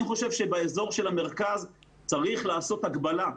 אני חושב שבאזור המרכז צריך לעשות הגבלה,